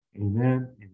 Amen